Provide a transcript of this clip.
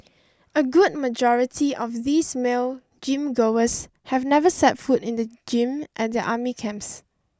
a good majority of these male gym goers had never set foot in the gym at their army camps